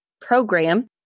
program